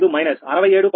615 minus 67